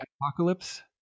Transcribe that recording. apocalypse